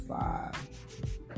five